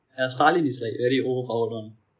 and stalin is like very overpowered [one]